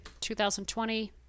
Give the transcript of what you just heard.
2020